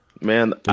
Man